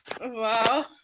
Wow